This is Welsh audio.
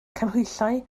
canhwyllau